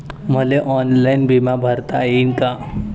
मले ऑनलाईन बिमा भरता येईन का?